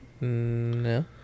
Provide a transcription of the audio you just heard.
No